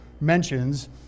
mentions